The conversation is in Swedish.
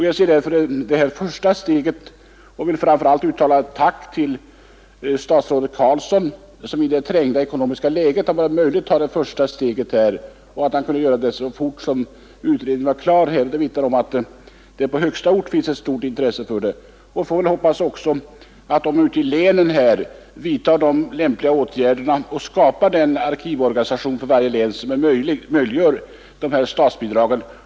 Jag ser därför detta som ett första steg och vill framför allt uttala ett tack till statsrådet Carlsson, som trots det trängda ekonomiska läget har kunnat ta detta första steg så fort utredningen var klar. Det vittnar om att på högsta ort finns ett intresse för detta, och vi får hoppas att man också ute i länen vidtar lämpliga åtgärder och skapar en fastare arkivorganisation för varje län som möjliggör att man får dessa statsbidrag.